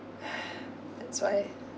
!hais! that's why